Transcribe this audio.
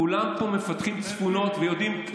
כולם פה מגלים צפונות ויודעים.